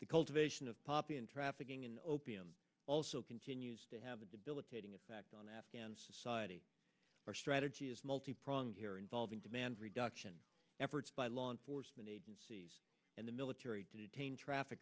the cultivation of poppy and trafficking in opium also continues to have a debilitating effect on afghan society our strategy is multi pronged here involving demand reduction efforts by law enforcement agencies and the military to detain traffic